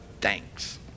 thanks